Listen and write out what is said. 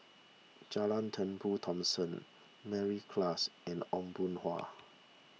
John Turnbull Thomson Mary Klass and Aw Boon Haw